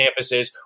campuses